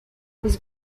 his